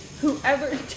whoever